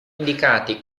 indicati